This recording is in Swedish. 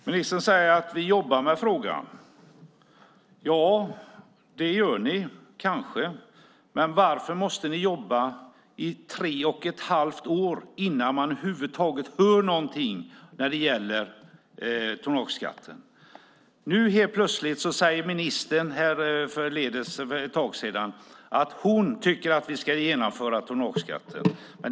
Herr talman! Ministern säger att ni jobbar med frågan. Det gör ni kanske. Men varför måste ni jobba i tre och ett halvt år innan man över huvud taget hör någonting när det gäller tonnageskatten? Helt plötsligt säger ministern för ett tag sedan att hon tycker att vi ska genomföra tonnageskatten.